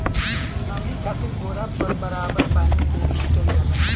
नमी खातिर बोरा पर बराबर पानी के छीटल जाला